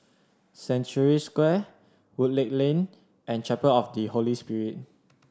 Century Square Woodleigh Lane and Chapel of the Holy Spirit